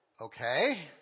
Okay